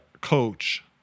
coach